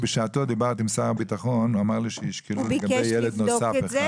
בשעתו דיברתי עם שר הביטחון והוא אמר לי שישקלו לגבי ילד נוסף אחד.